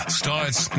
starts